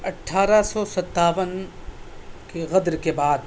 اٹھارہ سو ستّاون کے غَدر کے بعد